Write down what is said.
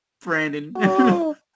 Brandon